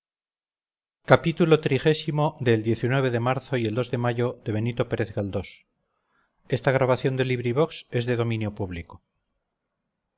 xxvi xxvii xxviii xxix xxx el de marzo y el de mayo de benito pérez